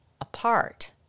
apart